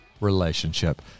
relationship